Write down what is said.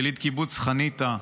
יליד קיבוץ חניתה,